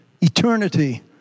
eternity